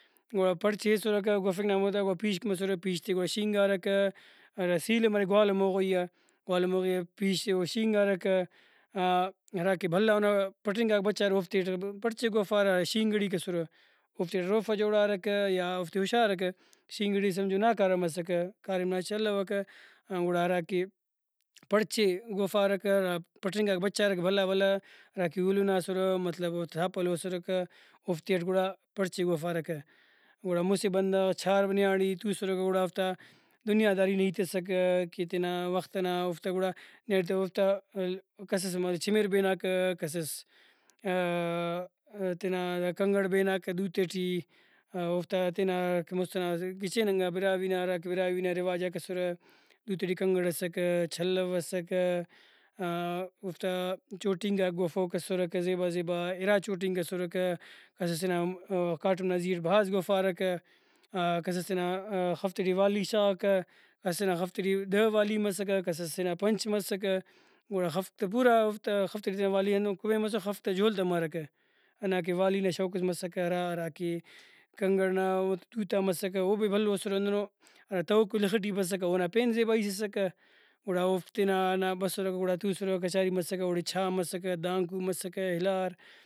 گڑا پڑچے ہیسرکہ گوفنگ نا وختا گڑا پیشک مسرہ پیش تے گڑا شینگارکہ ہرا سیلہ مریک گوالہ موغوئی آ گوالہ موغوئی آ پیش ئے او شینگارکہ ہراکہ بھلا اونا پٹرینکاک بچارہ اوفتیٹ پڑچے گوفارہ ہرا شینگریک اسرہ اوفتیٹ روفہ جوڑارکہ یا اوفتے ہُشارکہ شینگڑی سمجھو ناکارہ مسکہ کاریم نا ہچ الوکہ ہا گڑا ہراکہ پڑچے گوافرکہ ہرا پٹرینکاک بچارک بھلا بھلا ہراکہ ہُولنا اسرہ مطلب او تھاپلو اسرکہ اوفتیٹ گڑا پڑچے گوافرکہ گڑا مُسہ بندغ چھار نیاڑی توسرہ گڑا اوفتا دنیا داری نا ہیت اسکہ کہ تینا وخت ئنا اوفتا گڑا نیاڑی تا اوفتا کسس مگہ چِمر بیناکہ کسس تینا دا کنگڑ بیناکہ دوتے ٹی اوفتا تینا ہراکہ مُست ئنا گچین انگا براہوئی نا ہراکہ براہوئی نا رواجاک اسرہ دوتے ٹی کنگڑ اسکہ چلو اسکہ اوفتا چوٹینکا گوفوک اسرکہ زیبا زیبا اِرا چوٹینک اسرکہ کس سے نا کاٹم نا زی اٹ بھاز گوفارکہ کسس تینا خف تے ٹی والی شاغاکہ اسٹ سے نا خفتے ٹی دہ والی مسکہ کس سے نا پنچ مسکہ گڑا خفک تہ پورا اوفتا خفتے ٹی تینا والی ہندن کبین مسکہ خفتا جول تمارکہ۔ ہندا کہ والی نا شوق ئس مسکہ ہرا ہراکہ کنگڑ او دوتا مسکہ اوبھی بھلو اسرہ ہندنو ہرا طوق لخ ٹی بسکہ اونا پین زیبائیس اسکہ گڑا اوفک تینا ہندا بسرکہ گڑا توسرکہ کچاری مسکہ اوڑے چاء مسکہ دانکو مسکہ ہلار